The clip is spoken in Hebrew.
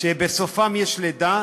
שבסופם יש לידה,